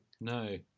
No